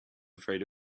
afraid